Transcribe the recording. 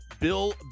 Bill